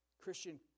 Christian